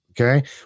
okay